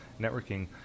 networking